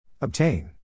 Obtain